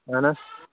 اَہَن حظ